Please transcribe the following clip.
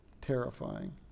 terrifying